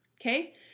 Okay